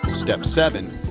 step seven.